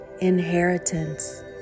inheritance